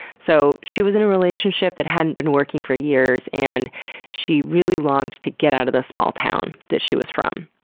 so she was in a relationship that hadn't been working for years and she really longed to get out of the small town she was from.